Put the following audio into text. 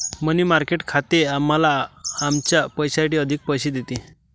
मनी market खाते आम्हाला आमच्या पैशासाठी अधिक पैसे देते